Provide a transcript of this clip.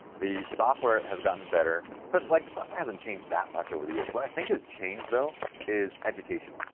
the software has gotten better, but like the software hasn't changed that much over the years, what i think has changed though is education,